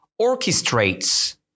orchestrates